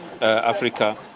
africa